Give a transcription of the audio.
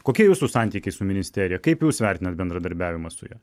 kokie jūsų santykiai su ministerija kaip jūs vertinat bendradarbiavimą su ja